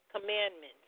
Commandments